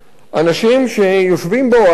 אנשים שיושבים באוהלים,